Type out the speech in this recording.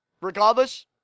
regardless